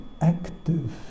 active